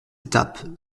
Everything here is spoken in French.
étape